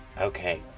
Okay